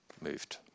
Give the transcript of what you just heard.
moved